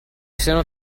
sono